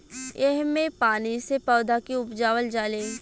एह मे पानी से पौधा के उपजावल जाले